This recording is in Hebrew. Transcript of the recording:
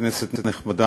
כנסת נכבדה,